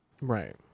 right